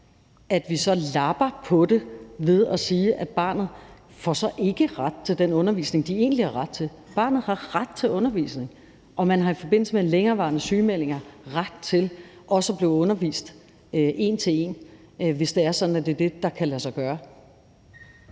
at vi så lapper på det ved at sige, at barnet ikke får ret til den undervisning, det egentlig har ret til. Barnet har ret til undervisning. Og man har i forbindelse med længerevarende sygemeldinger ret til også at blive undervist en til en, hvis det er sådan, at det er det, der kan lade sig gøre.